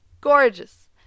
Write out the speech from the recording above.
gorgeous